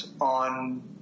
on